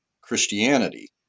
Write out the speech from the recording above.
Christianity